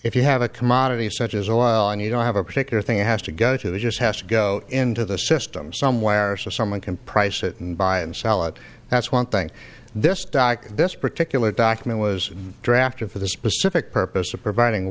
if you have a commodity such as a while and you don't have a particular thing it has to go to just has to go into the system somewhere so someone can price it and buy and sell it that's one thing this stock this particular document was drafted for the specific purpose of providing